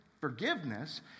forgiveness